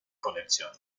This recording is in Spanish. conexión